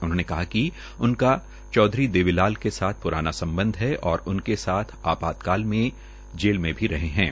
उन्होंने कहा कि उनका चौधरी देवीलाल के साथ प्राना संबंध है और उनके साथ आपातकाल में जेल में रहा हं